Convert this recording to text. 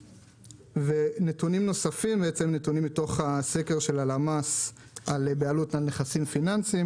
נתונים נוספים מתוך הסקר של הלמ"ס על בעלות על נכסים פיננסיים